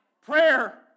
prayer